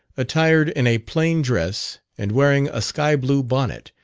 attired in a plain dress, and wearing a sky-blue bonnet,